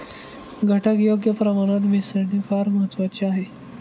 घटक योग्य प्रमाणात मिसळणे फार महत्वाचे आहे